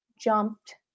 jumped